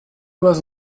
was